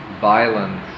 violence